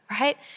right